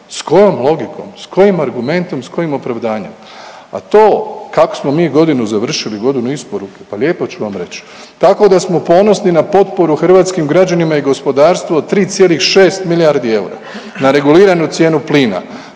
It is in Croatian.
S kojom logikom, s kojim argumentom, s kojim opravdanjem? A to kako smo mi godinu završili, godinu isporuke, pa lijepo ću vam reći. Tako da smo ponosi na potporu hrvatskih građanima i gospodarstvu od 3,6 milijardi eura, na reguliranu cijenu plina,